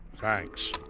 Thanks